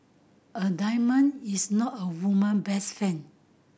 a diamond is not a woman best friend